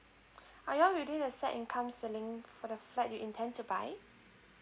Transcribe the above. are you all within the side income ceiling for the flat you intend to buy